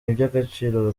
iby’agaciro